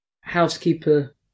housekeeper